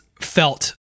felt